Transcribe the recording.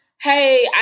hey